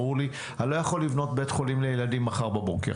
ברור לי שאני לא יכול לבנות בית חולים לילדים מחר בבוקר.